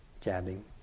jabbing